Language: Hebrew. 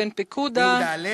אבן פקודה,